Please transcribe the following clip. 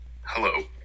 Hello